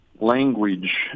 language